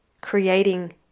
creating